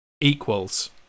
equals